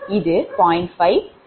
இது 0